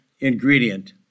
Ingredient